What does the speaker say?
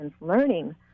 learning